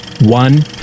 one